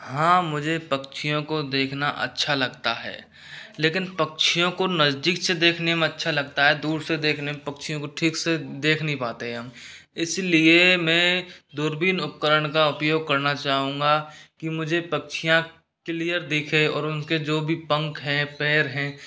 हाँ मझे पक्षियों को देखना अच्छा लगता है लेकिन पक्षियों को नजदीक से देखने में अच्छा लगता है दूर से देखने में पक्षियों को ठीक से देख नहीं पाते हैं हम इसीलिए मैं दूरबीन उपकरण का उपयोग करना चाहूँगा कि मझे पक्षियाँ क्लियर दिखें और उनके जो भी पंख हैं पैर हैं